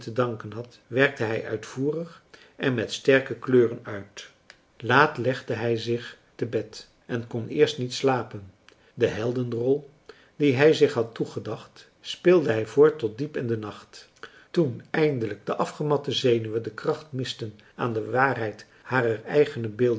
danken had werkte hij uitvoerig en met sterke kleuren uit laat legde hij zich te bed en kon eerst niet slapen de heldenrol die hij zich had toegedacht speelde hij voort tot diep in den nacht toen eindelijk de afgematte zenuwen de kracht misten aan de waarheid harer eigene beelden